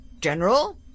General